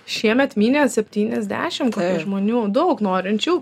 šiemet mynė septyniasdešim kokių žmonių daug norinčių